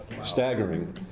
staggering